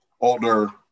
older